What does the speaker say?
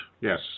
Yes